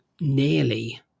nearly